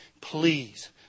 Please